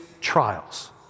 trials